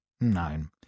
nein